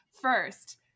First